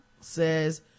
says